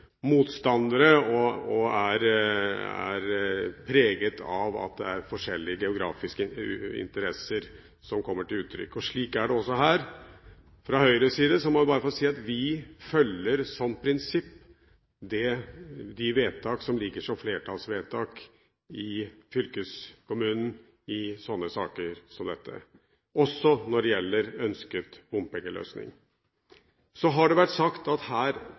motstandere og er preget av at forskjellige geografiske interesser kommer til uttrykk. Slik er det også her. Fra Høyres side må jeg få si at vi i saker som dette som prinsipp følger de vedtak som ligger som flertallsvedtak i fylkeskommunen, også når det gjelder ønsket bompengeløsning. Så har det vært sagt at det blir store finansieringskostnader her.